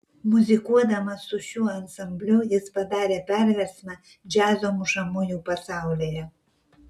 muzikuodamas su šiuo ansambliu jis padarė perversmą džiazo mušamųjų pasaulyje